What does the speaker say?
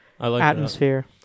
atmosphere